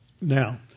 Now